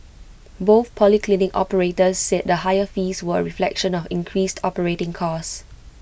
both polyclinic operators said the higher fees were A reflection of increased operating costs